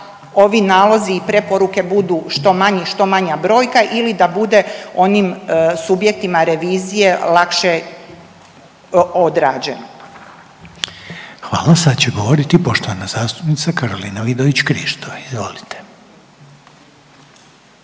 ovi nalozi i preporuke budu što manji i što manja brojka ili da bude onim subjektima revizije lakše odrađeno. **Reiner, Željko (HDZ)** Hvala. Sad će govorit poštovana zastupnica Karolina Vidović Krišto, izvolite.